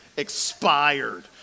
expired